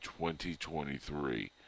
2023